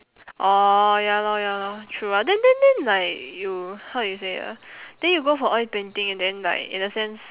orh ya lor ya lor true uh then then then like you how you say it ah then you go for oil painting and then like in a sense